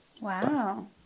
Wow